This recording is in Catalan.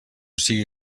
sigui